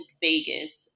Vegas